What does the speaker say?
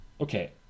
Okay